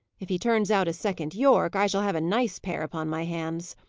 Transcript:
if he turns out a second yorke, i shall have a nice pair upon my hands.